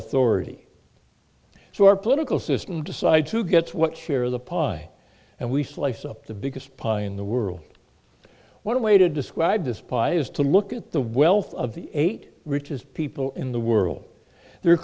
authority so our political system decides who gets what share of the pie and we slice up the biggest pie in the world one way to describe this pie is to look at the wealth of the eight richest people in the world the